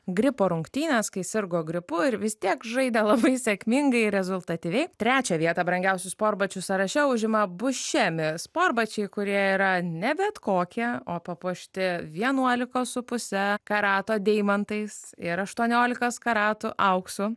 gripo rungtynes kai sirgo gripu ir vis tiek žaidė labai sėkmingai rezultatyviai trečią vietą brangiausių sportbačių sąraše užima buscemi sportbačiai kurie yra ne bet kokie o papuošti vienuolikos su puse karato deimantais ir aštuoniolikos karatų auksu